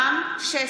בעד רם שפע,